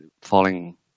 falling